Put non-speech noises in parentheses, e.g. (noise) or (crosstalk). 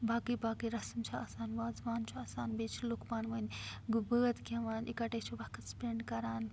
باقٕے باقٕے رَسٕم چھِ آسان وازٕوان چھُ آسان بیٚیہِ چھِ لوٗکھ پانہٕ وٲنۍ (unintelligible) بٲتھ گیٚوان اِکٹھے چھِ وقت سپیٚنٛڈ کران